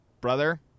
brother